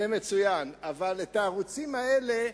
זה מצוין, אבל בערוצים האלה,